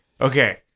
okay